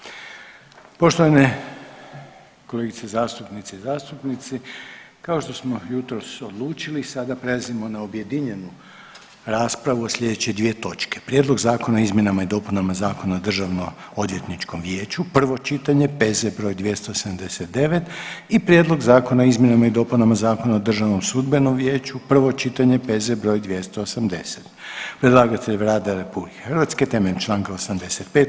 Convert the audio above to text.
Poštovane kolegice zastupnice i zastupnici, kao što smo jutros odlučili sada prelazimo na objedinjenu raspravu o slijedeće dvije točke: - Prijedlog Zakona o izmjenama i dopunama Zakona o Državnoodvjetničkom vijeću, prvo čitanje, P.Z. broj 279 i - Prijedlog Zakona o izmjenama i dopunama Zakona o Državnom sudbenom vijeću, prvo čitanje, P.Z. broj 280 Predlagatelj je Vlada RH temeljem Članka 85.